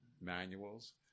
manuals